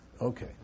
Okay